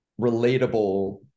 relatable